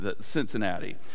Cincinnati